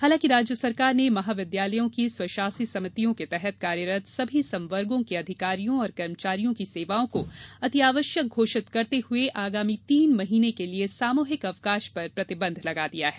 हालांकि राज्य सरकार ने महाविद्यालयों की स्वशासी समितियों के तहत कार्यरत सभी संवर्गों के अधिकारियों और कर्मचारियों की सेवाओं को अत्यावश्यक घोषित करते हुए आगामी तीन माह के लिए सामूहिक अवकाश पर प्रतिबंध लगा दिया है